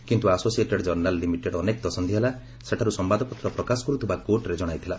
କିନ୍ତୁ Associated Journals Limited ଅନେକ ଦଶନ୍ଧି ହେଲା ସେଠାରୁ ସମ୍ଭାଦପତ୍ର ପ୍ରକାଶ କର୍ତ୍ରିବା କୋର୍ଟରେ ଜଣାଇଥିଲା